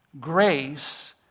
grace